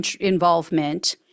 involvement